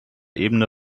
ebene